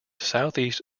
southeast